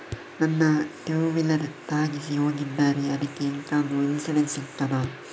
ನನ್ನ ಟೂವೀಲರ್ ಗೆ ತಾಗಿಸಿ ಹೋಗಿದ್ದಾರೆ ಅದ್ಕೆ ಎಂತಾದ್ರು ಇನ್ಸೂರೆನ್ಸ್ ಸಿಗ್ತದ?